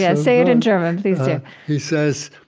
yeah say it in german please do he says,